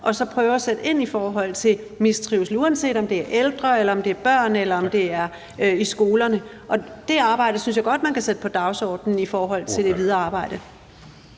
og så prøve at sætte ind i forhold til mistrivsel, uanset om det er ældre, om det er børn, eller om det er i skolerne. Det synes jeg godt man kan sætte på dagsordenen i forhold til det videre arbejde.